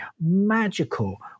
magical